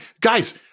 Guys